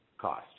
cost